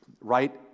right